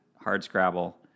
Hardscrabble